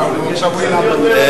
אין הצעה אחרת.